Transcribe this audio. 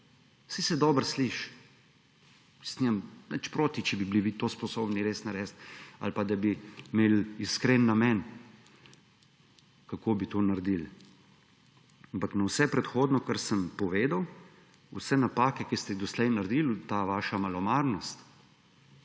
Saj se dobro sliši. Nimam nič proti, če bi bili vi to sposobni res narediti ali pa, da bi imeli iskreni namen, kako bi to naredili. Ampak na vse predhodno, kar sem povedal, vse napake, ki ste jih doslej naredili, ta vaša malomarnost